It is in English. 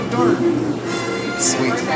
Sweet